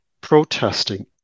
protesting